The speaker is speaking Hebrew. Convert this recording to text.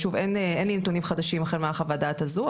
שוב אין לי נתונים חדשים מחוות הדעת הזו,